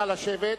נא לשבת.